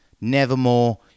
nevermore